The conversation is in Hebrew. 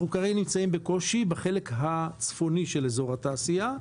אנחנו כרגע נמצאים בקושי בחלק הצפוני של אזור התעשייה.